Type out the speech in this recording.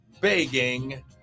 begging